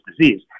disease